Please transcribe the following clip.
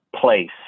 place